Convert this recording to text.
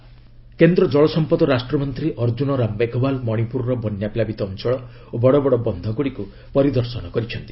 ମେଘୱାଲ୍ ମଣିପୁର କେନ୍ଦ୍ର ଜଳସମ୍ପଦ ରାଷ୍ଟ୍ରମନ୍ତ୍ରୀ ଅର୍ଜ୍ଜୁନରାମ ମେଘୱାଲ୍ ମଣିପୁରର ବନ୍ୟାପ୍ଲାବିତ ଅଞ୍ଚଳ ଓ ବଡ଼ ବନ୍ଧଗୁଡ଼ିକୁ ପରିଦର୍ଶନ କରିଛନ୍ତି